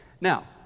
Now